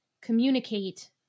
communicate